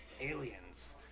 aliens